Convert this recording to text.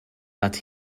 but